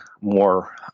more